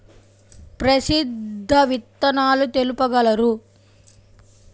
ప్రసిద్ధ విత్తనాలు తెలుపగలరు?